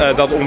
dat